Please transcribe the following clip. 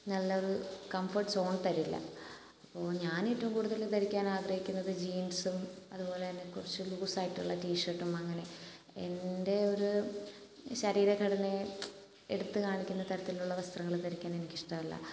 നല്ലൊരു comfort zone തരില്ല അപ്പോൾ ഞാൻ ഏറ്റവും കൂടുതൽ ധരിക്കാൻ ആഗ്രഹിക്കുന്നത് ജീൻസും അതുപോലെതന്നെ കുറച്ച് ലൂസ് ആയിട്ടുള്ള ടീഷർട്ടും അങ്ങനെ എൻ്റെ ഒരു ശരീരഘടനയെ എടുത്തു കാണിക്കുന്ന തരത്തിലുള്ള വസ്ത്രങ്ങൾ ധരിക്കാൻ എനിക്ക് ഇഷ്ടമല്ല